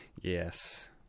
Yes